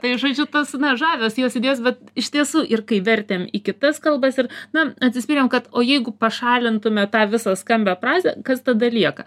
tai žaidžiu tas na žavios jos idėjos bet iš tiesų ir kai vertėm į kitas kalbas ir na atsispyrėm kad o jeigu pašalintume tą visą skambią frazę kas tada lieka